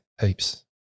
heaps